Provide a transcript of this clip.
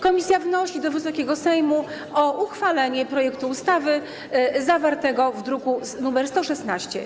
Komisja wnosi do Wysokiego Sejmu o uchwalenie projektu ustawy zawartego w druku nr 116.